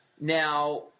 Now